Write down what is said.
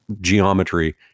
geometry